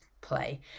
play